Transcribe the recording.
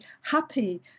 happy